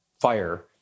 fire